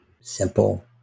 Simple